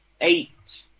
eight